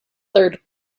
third